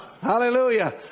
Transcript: Hallelujah